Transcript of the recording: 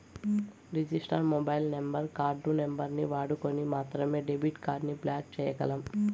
register mobile number, card నంబరుని వాడుకొని మాత్రమే డెబిట్ కార్డుని బ్లాక్ చేయ్యగలం